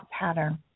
pattern